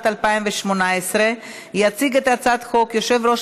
התשע"ט 2018. יציג את הצעת החוק יושב-ראש